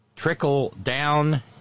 trickle-down